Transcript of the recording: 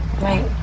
right